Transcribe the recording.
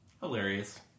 hilarious